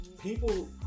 People